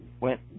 went